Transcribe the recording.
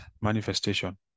manifestation